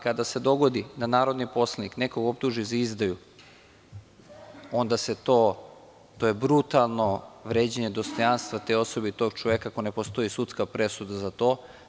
Kada se dogodi da narodni poslanik nekog optuži za izdaju, onda je to brutalno vređanje dostojanstva te osobe i tog čoveka, ako ne postoji sudska presuda za to.